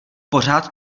pořád